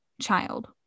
child